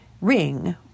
ring